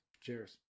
Cheers